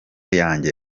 yanjye